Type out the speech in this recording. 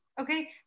Okay